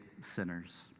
sinners